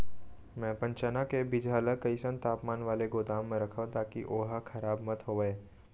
मैं अपन चना के बीजहा ल कइसन तापमान वाले गोदाम म रखव ताकि ओहा खराब मत होवय?